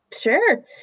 Sure